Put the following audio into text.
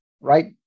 right